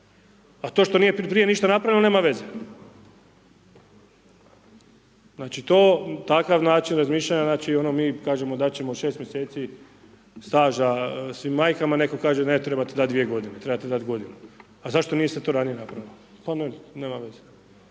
a to što nije prije ništa napravljeno nema veze. Znači takav način razmišljanja, znači ono mi kažemo dati ćemo 6 mjeseci staža svim majkama, netko kaže ne trebate dati dvije godine, trebate dati godinu, a zašto to niste ranije napravili, pa ne, nema veze